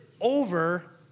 over